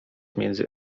między